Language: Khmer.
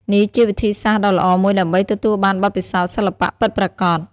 នេះជាវិធីសាស្រ្តដ៏ល្អមួយដើម្បីទទួលបានបទពិសោធន៍សិល្បៈពិតប្រាកដ។